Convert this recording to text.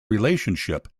relationship